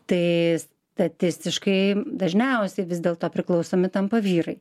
tai statistiškai dažniausiai vis dėlto priklausomi tampa vyrai